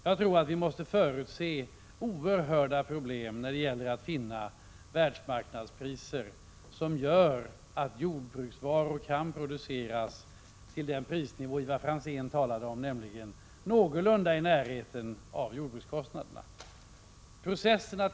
Jag tror att vi måste förutse oerhörda problem när det gäller att finna världsmarknadspriser som gör att jordbruksvaror kan produceras till den prisnivå som Ivar Franzén talade om, nämligen någorlunda i närheten av jordbrukskostnaderna.